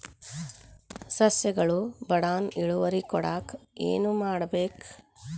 ಸಸ್ಯಗಳು ಬಡಾನ್ ಇಳುವರಿ ಕೊಡಾಕ್ ಏನು ಮಾಡ್ಬೇಕ್?